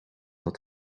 dat